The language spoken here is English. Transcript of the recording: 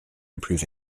improve